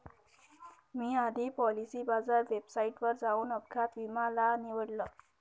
मी आधी पॉलिसी बाजार वेबसाईटवर जाऊन अपघात विमा ला निवडलं